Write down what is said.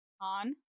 on